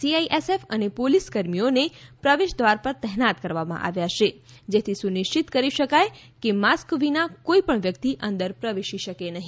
CISF અને police કર્મીઓને પ્રવેશદ્વાર પર તહેનાત કરવામાં આવ્યા છે જેથી સુનિશ્ચિત કરી શકાય કે માસ્ક વિના કોઇપણ વ્યક્તિ અંદર પ્રવેશી શકે નહી